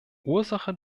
ursache